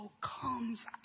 comes